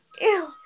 Ew